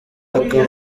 akaba